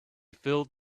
filled